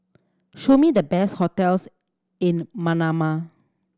show me the best hotels in Manama